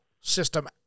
system